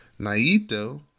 Naito